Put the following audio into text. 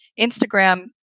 Instagram